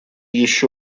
еще